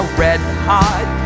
red-hot